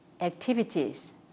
activities